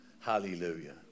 Hallelujah